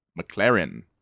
McLaren